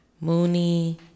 Mooney